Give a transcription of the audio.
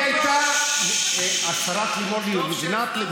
לדעתי השרה לימור לבנת.